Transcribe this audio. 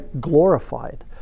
glorified